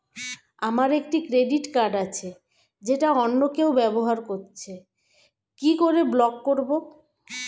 আমার একটি credit card আছে যেটা অন্য কেউ ব্যবহার করছে কি করে ব্লক করবো?